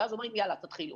ואז אומרים: יאללה, תתחילו.